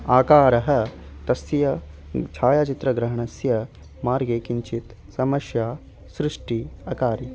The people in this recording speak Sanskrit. आकारः तस्य छायाचित्रग्रहणस्य मार्गे किञ्चित् समस्या सृष्टिः अकार्षीत्